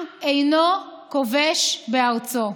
עם אינו כובש בארצו.